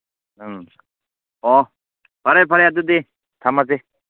ꯎꯝ ꯑꯣ ꯐꯔꯦ ꯐꯔꯦ ꯑꯗꯨꯗꯤ ꯊꯝꯃꯁꯤ